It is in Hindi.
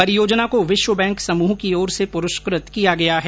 परियोजना को विश्व बैंक समूह की ओर से पुरस्कृत किया गया है